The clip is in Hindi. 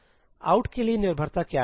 'out' के लिए निर्भरता क्या है